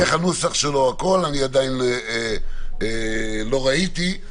איך הנוסח שלו, אני עדיין לא ראיתי.